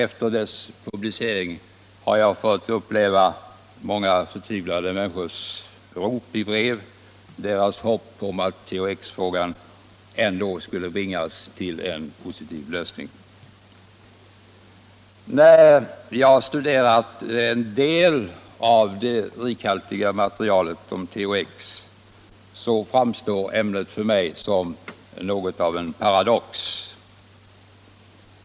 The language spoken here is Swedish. Efter dess publicering har jag genom brev fått uppleva många förtvivlade människors rop på och hopp om att THX-frågan ändå skulle bringas till en för dem positiv lösning, Sedan jag studerat en del av det rikhaltiga materialet om THX framstår ärendet för mig som något av en paradox.